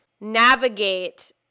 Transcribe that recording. navigate